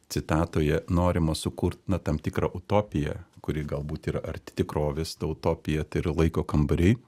citatoje norima sukurt na tam tikrą utopiją kuri galbūt yra arti tikrovės ta utopija tai yra laiko kambariai